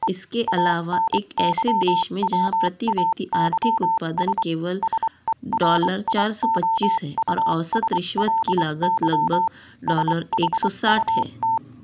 इसके अलावा एक ऐसे देश में जहाँ प्रति व्यक्ति आर्थिक उत्पादन केवल डॉलर चार सौ पच्चीस है और औसत रिश्वत की लागत लगभग डॉलर एक सौ साठ है